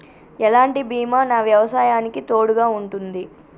ఎలాంటి బీమా నా వ్యవసాయానికి తోడుగా ఉంటుంది?